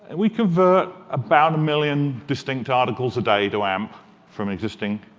and we convert about a million distinct articles a day to amp from existing.